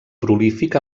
prolífic